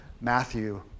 Matthew